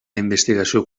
investigació